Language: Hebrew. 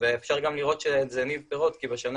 אפשר גם לראות שזה הניב פירות כי בשנה